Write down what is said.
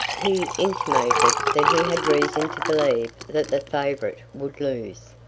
he intimated that he had reason to believe that the favorite would lose.